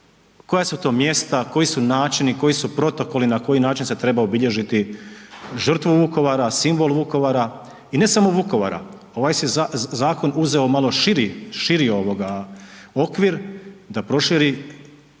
koja su to mjesta, koji su načini, koji su protokoli na koji način se treba obilježiti žrtvu Vukovara, simbol Vukovara i ne samo Vukovara, ovaj je zakon uzeo malo širi okvir da proširi čini